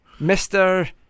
Mr